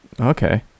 Okay